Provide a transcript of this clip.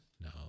no